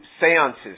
seances